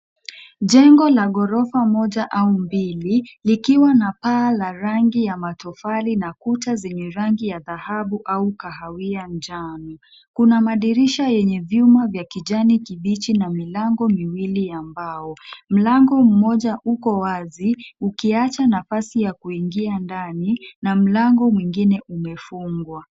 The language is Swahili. Jengo la ghorofa moja au mbili, likiwa na paa la rangi ya matofali na kuta zenye rangi ya dhahabu au kahawia njano. Kuna madirisha yenye vyuma vya kijani kibichi na milango miwili ya mbao. Mlango mmoja uko wazi, ukiacha nafasi ya kuingia ndani na mlango mwingine umefungwa.